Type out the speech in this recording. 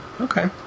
okay